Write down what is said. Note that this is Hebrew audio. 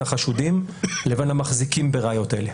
החשודים לבין המחזיקים בראיות האלה.